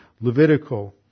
Levitical